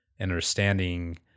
Understanding